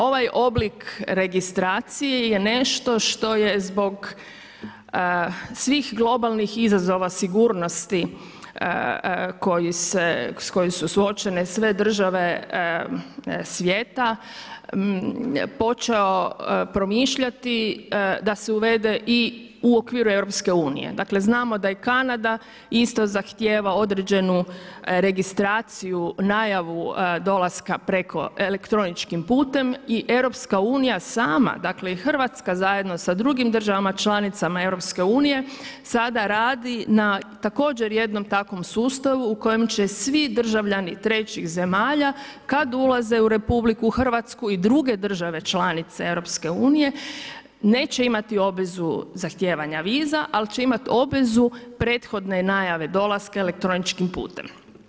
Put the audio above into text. Ovaj oblike registracije je nešto što je zbog svih globalnih izazova sigurnosti s kojim su suočene sve države svijeta počeo promišljati da se uvede i u okviru EU, dakle znamo da i Kanada isto zahtjeva određenu registraciju, najavu dolaska preko, elektroničkim putem i EU sama dakle i Hrvatska zajedno sa drugim državama članicama EU sada radi na također jednom takvom sustavu u kojem će svi državljani trećih zemalja kada ulaze u RH i druge države članice EU neće imati obvezu zahtijevanja viza ali će imati obvezu prethodne najave dolaska elektroničkim putem.